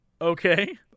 Okay